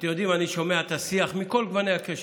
אתם יודעים, אני שומע את השיח מכל גוני הקשת.